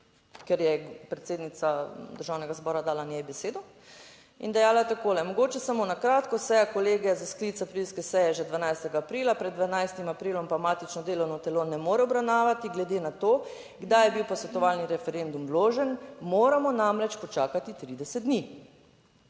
ker je predsednica Državnega zbora dala njej besedo in dejala takole, "Mogoče samo na kratko, seja Kolegija za sklic aprilske seje že 12. aprila, pred 12. aprilom pa matično delovno telo ne more obravnavati, glede na to, kdaj je bil posvetovalni referendum vložen, moramo namreč počakati 30 dni."